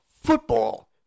football